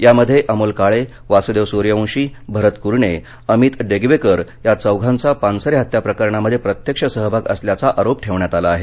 यामध्ये संशयित अमोल काळे वास्देव सुर्यवंशी भरत कूरणे अमित डेगवेकर या चौघांचा पानसरे हत्या प्रकरणामध्ये प्रत्यक्ष सहभाग असल्याचा आरोप ठेवण्यात आला आहे